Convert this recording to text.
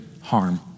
harm